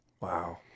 Wow